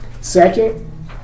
Second